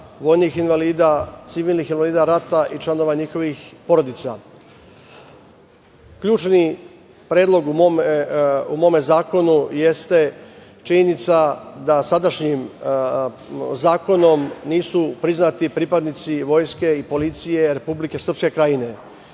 civilnih invalida rata i članova njihovih porodica. Ključni predlog u mome zakonu jeste činjenica da sadašnjim zakonom nisu priznati pripadnici vojske i policije Republike Srpske Krajine.